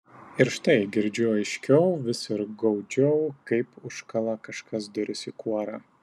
ir štai girdžiu aiškiau vis ir gaudžiau kaip užkala kažkas duris į kuorą